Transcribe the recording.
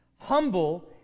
Humble